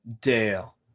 Dale